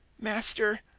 master,